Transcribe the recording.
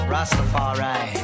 Rastafari